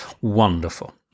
wonderful